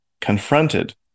confronted